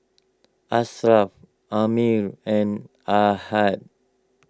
Ashraff Ammir and Ahad